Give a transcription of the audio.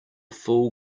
full